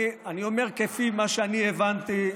אני אומר כפי מה שאני הבנתי,